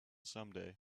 someday